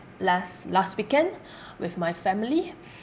last last weekend with my family